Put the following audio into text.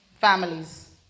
families